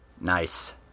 Nice